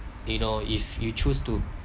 you know if you choose to